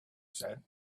said